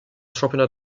championnat